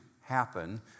happen